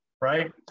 right